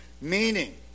meaning